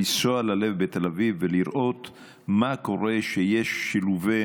לנסוע אל "הלב" בתל אביב ולראות מה קורה כשיש שילובי